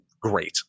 great